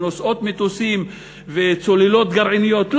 נושאות מטוסים וצוללות גרעיניות.